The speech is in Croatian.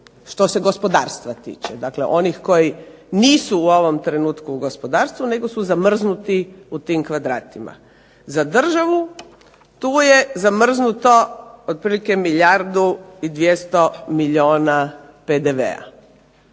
što se gospodarstva tiče, dakle onih koji nisu u ovom trenutku u gospodarstvu nego su zamrznuti u tim kvadratima. Za državu tu je zamrznuto otprilike milijardu 200 milijuna PDV-a.